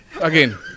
again